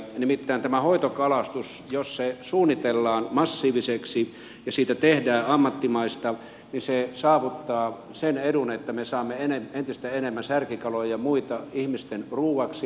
nimittäin tämä hoitokalastus jos se suunnitellaan massiiviseksi ja siitä tehdään ammattimaista saavuttaa sen edun että me saamme entistä enemmän särkikaloja ja muita ihmisten ruuaksi